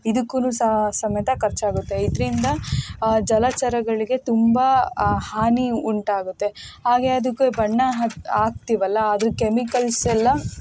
ಇದಕ್ಕೂ ಸಹ ಸಮೇತ ಖರ್ಚಾಗುತ್ತೆ ಇದರಿಂದ ಜಲಚರಗಳಿಗೆ ತುಂಬ ಹಾನಿ ಉಂಟಾಗತ್ತೆ ಹಾಗೆ ಅದಕ್ಕೆ ಬಣ್ಣ ಹಾಕ್ತೀವಲ್ಲ ಅದು ಕೆಮಿಕಲ್ಸ್ ಎಲ್ಲ